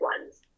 ones